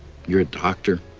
you're a doctor?